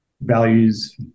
values